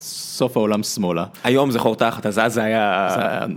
סוף העולם שמאלה היום זה חור תחת אז אז היה.